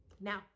Now